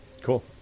cool